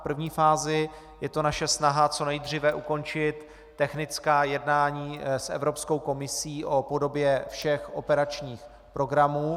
V první fázi je to naše snaha co nejdříve ukončit technická jednání s Evropskou komisí o podobě všech operačních programů.